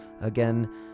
again